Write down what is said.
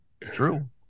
true